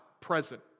Present